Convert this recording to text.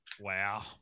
Wow